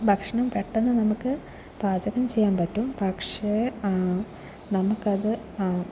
ഭക്ഷണം പെട്ടെന്ന് നമുക്ക് പാചകം ചെയ്യാൻ പറ്റും പക്ഷേ നമുക്കത്